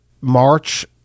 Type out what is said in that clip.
March